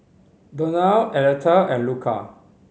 Donal Aleta and Luca